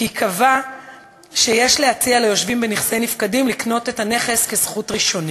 שקבע שיש להציע ליושבים בנכסי נפקדים לקנות את הנכס כזכות ראשונים.